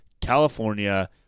California